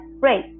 great